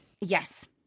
Yes